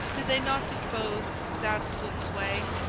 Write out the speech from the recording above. did they not dispose, with absolute sway,